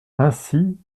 ainsi